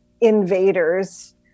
invaders